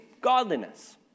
godliness